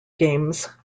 games